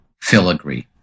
filigree